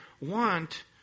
want